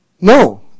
No